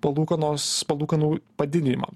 palūkanos palūkanų padidinimo